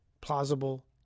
plausible